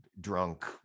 drunk